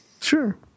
Sure